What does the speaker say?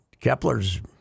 Kepler's